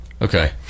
okay